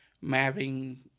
mapping